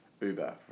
Uber